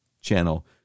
channel